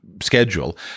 schedule